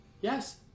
Yes